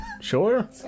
Sure